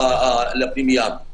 לפנימייה.